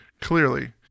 Clearly